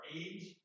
age